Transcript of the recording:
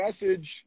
message